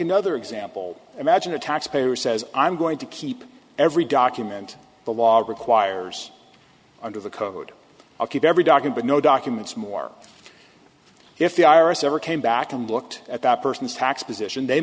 another example imagine a taxpayer who says i'm going to keep every document the law requires under the code i'll keep every doctor but no documents more if the iris ever came back and looked at that person's tax position they